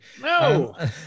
No